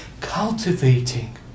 cultivating